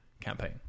campaign